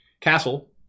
castle